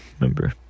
remember